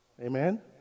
Amen